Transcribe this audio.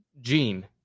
gene